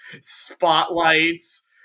Spotlights